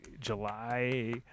July